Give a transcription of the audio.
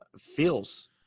feels